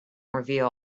reveal